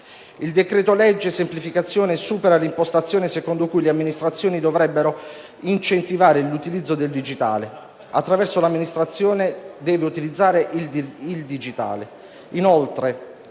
Il decreto-legge semplificazioni supera l'impostazione secondo cui le amministrazioni dovrebbero incentivare l'utilizzo del digitale; attraverso l'amministrazione si deve utilizzare il digitale.